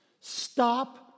Stop